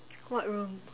what room